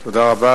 תודה רבה.